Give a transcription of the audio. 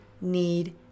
need